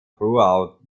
throughout